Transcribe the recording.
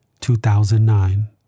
2009